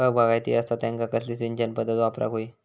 फळबागायती असता त्यांका कसली सिंचन पदधत वापराक होई?